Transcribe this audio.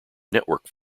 network